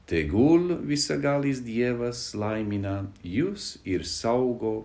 tegul visagalis dievas laimina jus ir saugo